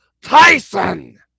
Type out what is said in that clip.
Tyson